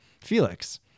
Felix